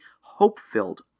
hope-filled